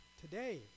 today